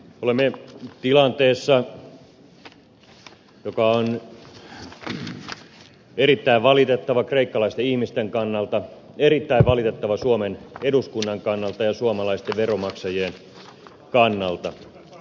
olemme tilanteessa joka on erittäin valitettava kreikkalaisten ihmisten kannalta erittäin valitettava suomen eduskunnan kannalta ja suomalaisten veronmaksajien kannalta